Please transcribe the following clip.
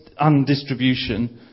undistribution